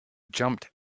jumped